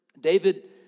David